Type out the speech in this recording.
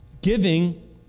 giving